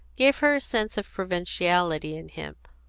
gave her a sense of provinciality in him.